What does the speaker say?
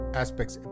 aspects